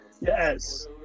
Yes